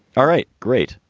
all right, great.